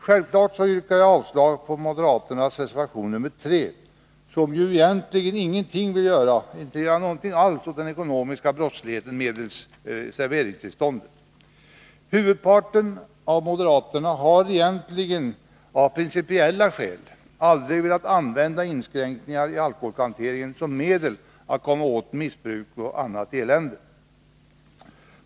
Självfallet yrkar jag avslag på moderaternas reservation 3, som ju egentligen innebär att man ingenting alls vill göra åt den ekonomiska brottsligheten medelst serveringstillstånden. Huvudparten av moderaterna har egentligen av principiella skäl aldrig velat använda inskränkningar i alkoholhanteringen som medel att komma åt missbruk och annat elände.